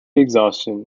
exhaustion